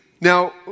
now